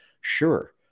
Sure